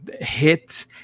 hit